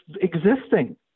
existing